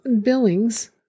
Billings